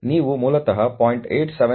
ನೀವು ಮೂಲತಃ 0